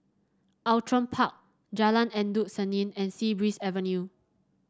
Outram Park Jalan Endut Senin and Sea Breeze Avenue